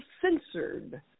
censored